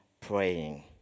praying